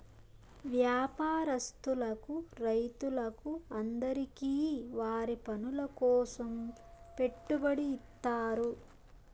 వ్యాపారస్తులకు రైతులకు అందరికీ వారి పనుల కోసం పెట్టుబడి ఇత్తారు